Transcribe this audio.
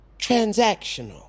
transactional